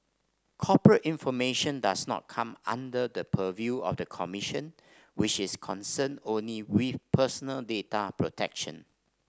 corporate information does not come under the purview of the commission which is concerned only with personal data protection